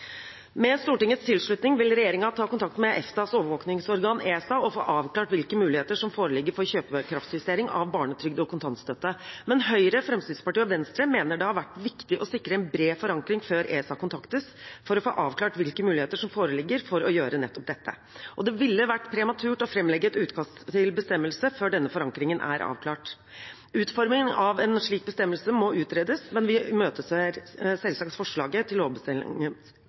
Med Stortingets tilslutning vil regjeringen ta kontakt med EFTAs overvåkingsorgan, ESA, og få avklart hvilke muligheter som foreligger for kjøpekraftsjustering av barnetrygd og kontantstøtte. Men Høyre, Fremskrittspartiet og Venstre mener det har vært viktig å sikre en bred forankring før ESA kontaktes for å få avklart hvilke muligheter som foreligger for å gjøre nettopp dette. Det ville vært prematurt å framlegge et utkast til bestemmelse før denne forankringen er avklart. Utformingen av en slik bestemmelse må utredes, men vi imøteser selvsagt forslaget til